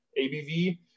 ABV